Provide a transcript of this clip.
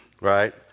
right